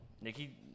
Nikki